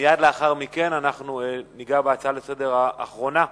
מייד לאחר מכן אנחנו נגיע להצעה האחרונה לסדר-היום,